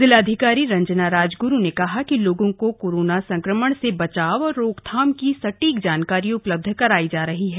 जिलाधिकारी रंजना राजग्रु ने कहा कि लोगों को कोरोना संक्रमण से बचाव और रोकथाम को सटीक जानकारी उपलब्ध कराई जा रही है